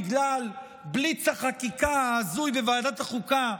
בגלל בליץ החקיקה ההזוי בוועדת החוקה,